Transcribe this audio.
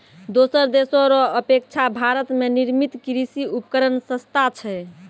दोसर देशो रो अपेक्षा भारत मे निर्मित कृर्षि उपकरण सस्ता छै